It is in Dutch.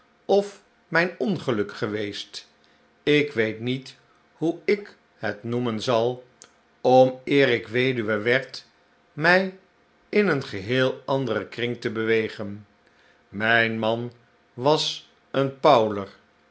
of mijn ongeluk geweest ik weet niet hoe ik het noemen zal om eer ik weduwe werd mij in een geheel anderen kring te bewegen mijn man was een powler